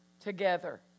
together